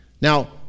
Now